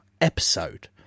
episode